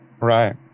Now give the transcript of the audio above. Right